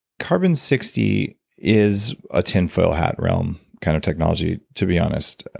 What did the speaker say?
carbon sixty is a tinfoil hat realm kind of technology, to be honest.